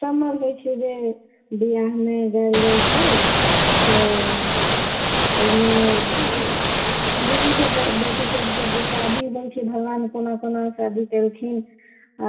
समदाउन होइ छै जे बिआहमे गैल जाइ छै ओ ओहिमे बुझूजे बेटीसब जे शादी होइ छै भगवान कोना कोना शादी केलखिन